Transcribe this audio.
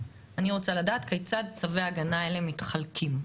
אני רוצה לדעת כיצד צווי ההגנה האלה מתחלקים,